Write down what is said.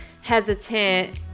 hesitant